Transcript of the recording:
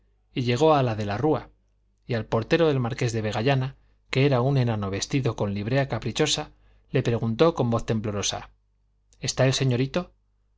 de la rúa y al portero del marqués de vegallana que era un enano vestido con librea caprichosa le preguntó con voz temblorosa está el señorito